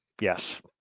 yes